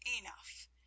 enough